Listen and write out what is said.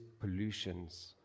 pollutions